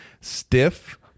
stiff